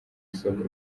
isoko